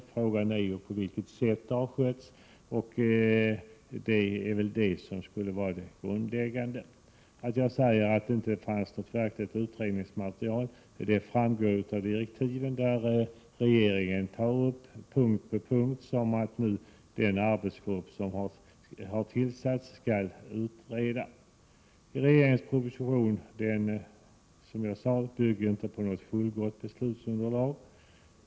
Det grundläggande är på vilket sätt folkbokföringen har skötts. Att det inte fanns något verkligt utredningsmaterial framgår av direktiven, där regeringen punkt för punkt tar upp vad den arbetsgrupp som har tillsatts skall utreda. Regeringens proposition byggde alltså inte på något fullgott beslutsunderlag.